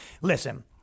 listen